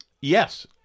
Yes